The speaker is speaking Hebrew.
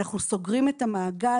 אנחנו סוגרים את המעגל.